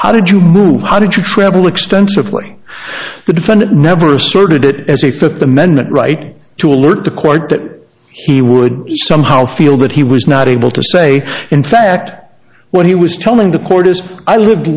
how did you move how did you travel extensively the defendant never asserted it as a fifth amendment right to alert the court that he would somehow feel that he was not able to say in fact what he was telling the court as i lived